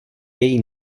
její